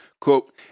Quote